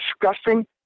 disgusting